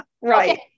Right